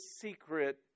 secret